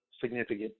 significant